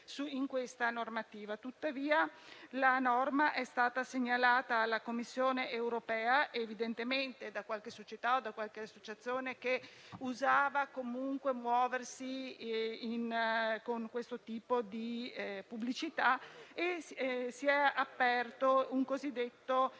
tuttavia la norma è stata segnalata alla Commissione europea, evidentemente da qualche società o da qualche associazione che usava muoversi con questo tipo di pubblicità, e si è aperta una procedura